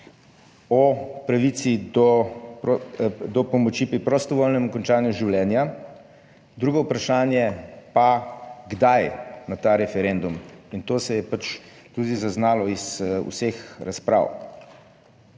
o pravici do pomoči pri prostovoljnem končanju življenja, drugo vprašanje pa kdaj na ta referendum in to se je pač tudi zaznalo iz vseh razprav.